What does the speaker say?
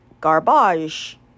garbage